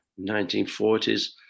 1940s